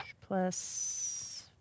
Plus